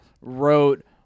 wrote